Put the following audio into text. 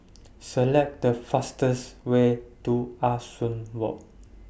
Select The fastest Way to Ah Soo Walk